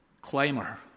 climber